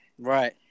Right